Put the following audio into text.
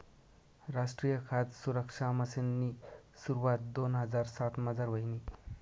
रासट्रीय खाद सुरक्सा मिशननी सुरवात दोन हजार सातमझार व्हयनी